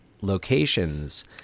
locations